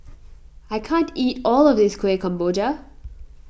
I can't eat all of this Kuih Kemboja